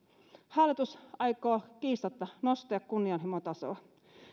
hallitus aikoo kiistatta nostaa kunnianhimon tasoa